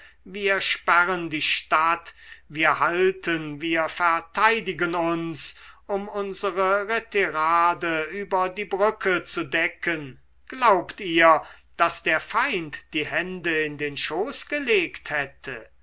wir sperren die stadt wir halten wir verteidigen uns um unsere retirade über die brücke zu decken glaubt ihr daß der feind die hände in den schoß gelegt hätte